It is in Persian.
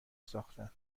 ساختن